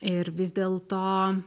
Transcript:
ir vis dėlto